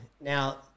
Now